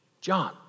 John